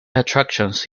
attractions